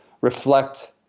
reflect